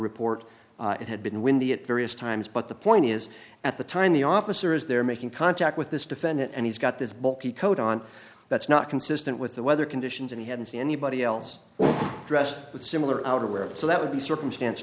report it had been windy at various times but the point is at the time the officer is there making contact with this defendant and he's got this bulky coat on that's not consistent with the weather conditions and he hadn't seen anybody else dressed with similar outerwear so that would be circumstance